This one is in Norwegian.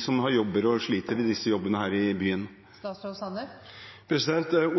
som har jobber og sliter i disse jobbene her i byen?